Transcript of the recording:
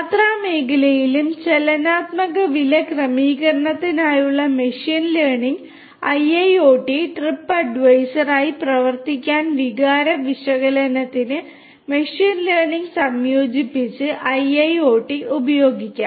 യാത്രാ മേഖലയിലും ചലനാത്മക വില ക്രമീകരണത്തിനായുള്ള മെഷീൻ ലേണിംഗുള്ള IIoT ട്രിപ്പ് അഡ്വൈസർ ആയി പ്രവർത്തിക്കാൻ വികാര വിശകലനത്തിന് മെഷീൻ ലേണിംഗ് സംയോജിപ്പിച്ച് IIoT ഉപയോഗിക്കാം